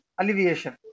alleviation